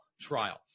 trial